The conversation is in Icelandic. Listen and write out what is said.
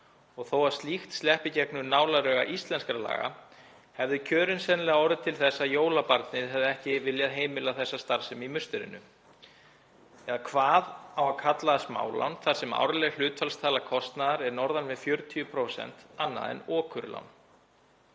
og þó að slíkt sleppi í gegnum nálarauga íslenskra laga hefðu kjörin sennilega orðið til þess að jólabarnið hefði ekki viljað heimila þessa starfsemi í musterinu. Eða hvað á að kalla smálán þar sem árleg hlutfallstala kostnaðar er norðan við 40% annað en okurlán?